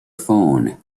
phone